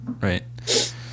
Right